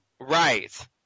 Right